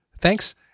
Thanks